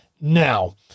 Now